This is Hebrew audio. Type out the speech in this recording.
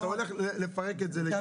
אתה הולך לפרק את זה.